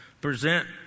present